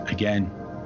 Again